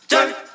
Dirt